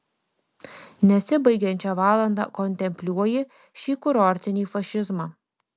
nesibaigiančią valandą kontempliuoji šį kurortinį fašizmą